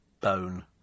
bone